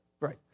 Right